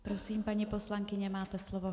Prosím, paní poslankyně, máte slovo.